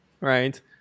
right